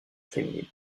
féminine